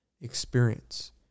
experience